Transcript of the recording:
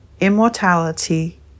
immortality